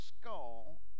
skull